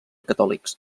catòlics